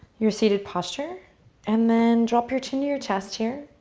your seated posture and then drop your chin to your chest here.